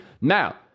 now